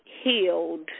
healed